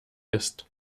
ist